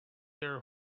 their